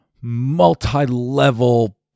multi-level